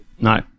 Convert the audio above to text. No